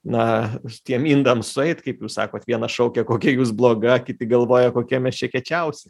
na tiem indams sueit kaip jūs sakot vienas šaukia kokia jūs bloga kiti galvoja kokie mes čia kiečiausi